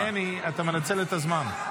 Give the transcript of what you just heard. יבגני, אתה מנצל את הזמן.